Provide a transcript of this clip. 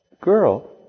girl